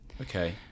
Okay